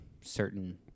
certain